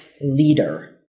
leader